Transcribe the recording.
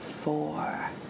four